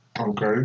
Okay